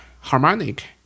harmonic